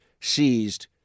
seized